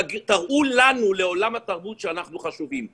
תראו לנו שאנחנו חשובים.